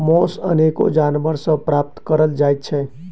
मौस अनेको जानवर सॅ प्राप्त करल जाइत छै